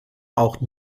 auch